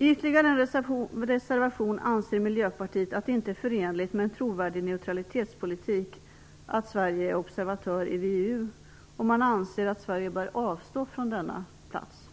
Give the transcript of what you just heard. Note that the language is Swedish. I en annan reservation anser Miljöpartiet att det inte är förenligt med en trovärdig neutralitetspolitik att Sverige är observatör i VEU och att Sverige bör avstå från denna plats.